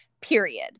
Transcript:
period